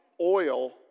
oil